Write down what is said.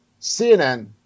CNN